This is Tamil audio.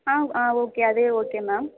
ஆ ஆ ஓகே அதே ஓகே மேம்